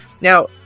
Now